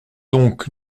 donc